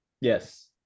Yes